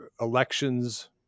elections